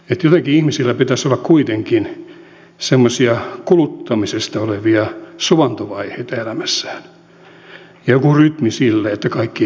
jotenkin ihmisillä pitäisi olla kuitenkin semmoisia kuluttamisesta erillään olevia suvantovaiheita elämässään ja joku rytmi sille että kaikki ei ole kaupan